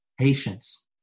Patience